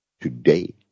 today